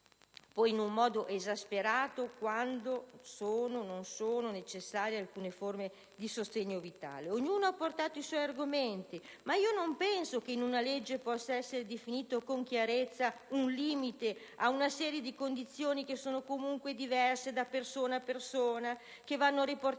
in un modo esasperato, quando sono o non sono necessarie alcune forme di sostegno vitale. Ognuno ha portato i suoi argomenti, ma io non penso che in una legge possa essere definito con chiarezza un limite ad una serie di condizioni che sono comunque diverse da persona a persona e che vanno riportate